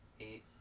Eight